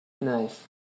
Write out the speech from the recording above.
Nice